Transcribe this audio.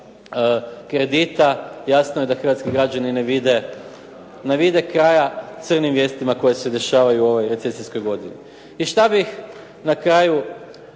kredita, jasno je da hrvatski građani ne vide kraja crnim vijestima koje se dešavaju u ovoj recesijskoj godini. I što bih na kraju,